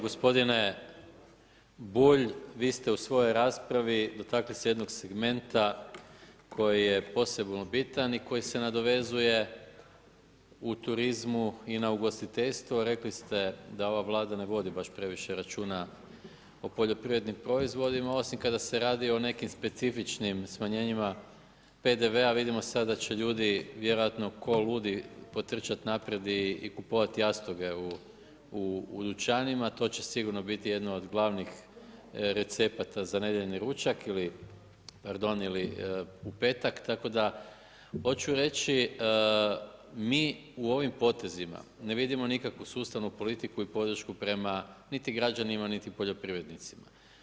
Gospodine Bulj, vi ste u svojoj raspravi dotakli se jednog segmenta koji je posebno bitan i koji se nadovezuje u turizmu i na ugostiteljstvu, rekao ste da ova Vlada ne vodi baš previše računa o poljoprivrednim proizvodima osim kada se radi o nekim specifičnim smanjenjima PDV-a, vidimo sada će ljudi vjerojatno ko ludi potrčati naprijed i kupovat jastoge u dućanima, to će sigurno biti jedno od glavnih recepata za nedjeljni ručak ili pardon, u petak, tako da hoću reći mi u ovim potezima ne vidimo nikakvu sustavu politiku i podršku prema niti građanima niti poljoprivrednicima.